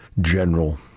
general